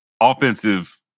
offensive